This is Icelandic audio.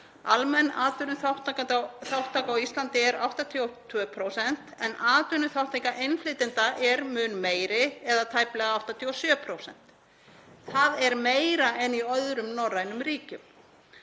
Almenn atvinnuþátttaka á Íslandi er 82% en atvinnuþátttaka innflytjenda er mun meiri eða tæplega 87%. Það er meira en í öðrum norrænum ríkjum.